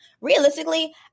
Realistically